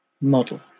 model